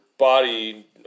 Body